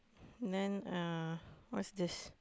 then uh what's this